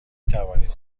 توانید